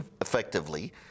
effectively